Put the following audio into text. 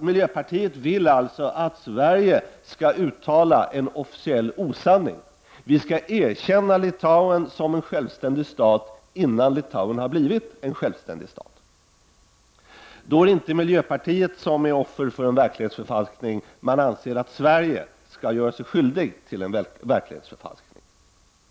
Miljöpartiet vill alltså att Sverige skall uttala en officiell osanning. Vi skall erkänna Litauen som en självständig stat, innan Litauen har blivit en självständig stat. Då är det inte miljöpartiet som är offer för en verklighetsförfalskning, utan man anser att Sverige skall göra sig skyldig till en verklighetsförfalskning.